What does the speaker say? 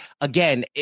again